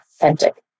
authentic